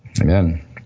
Amen